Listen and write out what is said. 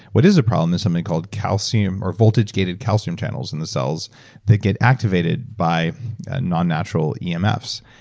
what is a problem is something called calcium or voltage-gated calcium channels in the cells that get activated by non-natural yeah emfs.